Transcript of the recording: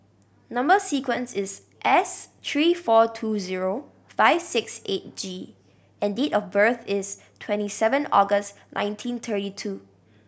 number sequence is S three four two zero five six eight G and date of birth is twenty seven August nineteen thirty two